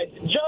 judge